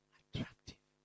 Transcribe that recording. attractive